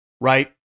right